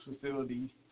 facility